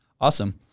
awesome